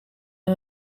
aan